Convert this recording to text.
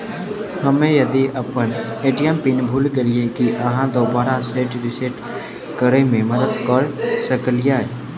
हम्मे यदि अप्पन ए.टी.एम पिन भूल गेलियै, की अहाँ दोबारा सेट रिसेट करैमे मदद करऽ सकलिये?